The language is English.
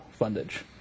fundage